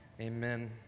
Amen